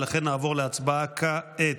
ולכן נעבור להצבעה כעת.